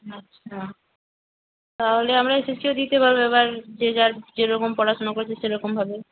আচ্ছা তাহলে আমরা এস এস সিও দিতে পারবো এবার যে যার যেরকম পড়াশোনা করেছে সেরকমভাবে